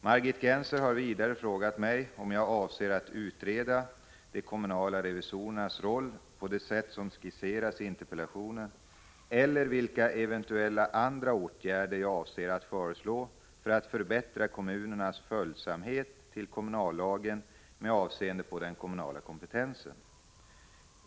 Margit Gennser har vidare frågat mig om jag avser att utreda de kommunala revisorernas roll på det sätt som skisseras i interpellationen eller vilka eventuella andra åtgärder jag avser att föreslå för att förbättra kommunernas följsamhet till kommunallagen med avseende på den kommunala kompetensen.